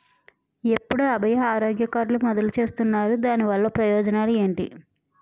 ఎప్పుడు అభయ ఆరోగ్య కార్డ్ మొదలు చేస్తున్నారు? దాని వల్ల ప్రయోజనాలు ఎంటి?